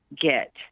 get